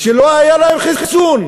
שלא היה להם חיסון,